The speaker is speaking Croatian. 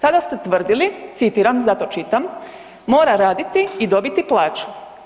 Tada ste tvrdili, citiram, zato čitam, „Mora raditi i dobiti plaću.